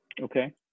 okay